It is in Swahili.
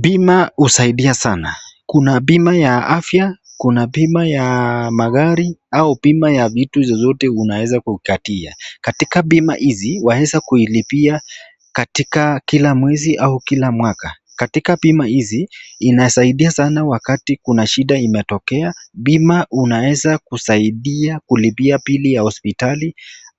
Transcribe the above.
Bima husaidia sana. Kuna bima ya afya, kuna bima ya magari, au bima ya vitu zozote unaweza kukatia. Katika bima hizi, waweza kuilipia katika kila mwezi au kila mwaka. Katika bima hizi, inasaidia sana wakati kuna shida imetokea. Bima unaweza kusaidia kulipia bili ya hospitali